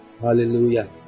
Hallelujah